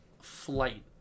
flight